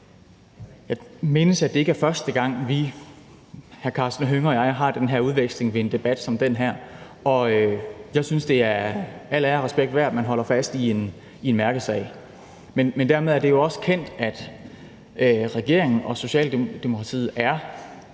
Jeg mindes, at det ikke er første gang, at vi, hr. Karsten Hønge og jeg, har den her udveksling ved en debat som den her, og jeg synes, det er al ære og respekt værd, at man holder fast i en mærkesag. Men dermed er det jo også kendt, at regeringen og Socialdemokratiet er